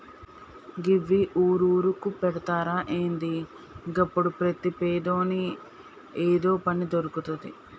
గివ్వి ఊరూరుకు పెడ్తరా ఏంది? గప్పుడు ప్రతి పేదోని ఏదో పని దొర్కుతది